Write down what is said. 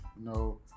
no